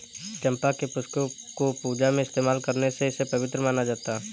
चंपा के पुष्पों को पूजा में इस्तेमाल करने से इसे पवित्र माना जाता